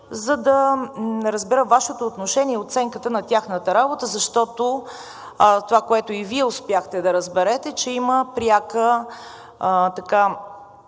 за да разбера Вашето отношение и оценката на тяхната работа, защото това, което и Вие успяхте да разберете, е, че има преки нападки